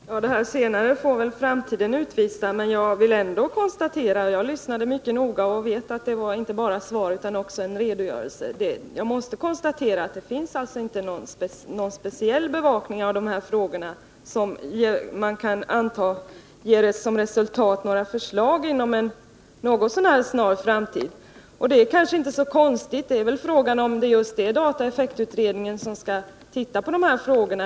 Herr talman! Hur det går med det senare får väl framtiden utvisa. Men jag måste ändå konstatera — jag lyssnade mycket noga och vet att det inte bara var ett svar utan också en redogörelse — att det inte finns någon speciell bevakning av de här frågorna som man kan anta resulterar i några förslag inom en något så när snar framtid. Och det är kanske inte så konstigt. Frågan är väl om det är just dataeffektutredningen som skall titta på de här frågorna.